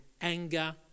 anger